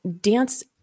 dance